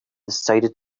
decided